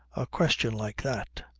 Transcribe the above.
a question like that.